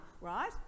Right